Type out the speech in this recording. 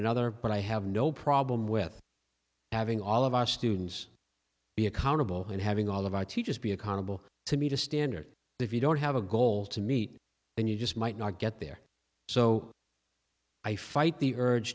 another but i have no problem with having all of our students be accountable and having all of our teachers be accountable to meet a standard if you don't have a goal to meet and you just might not get there so i fight the urge